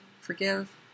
forgive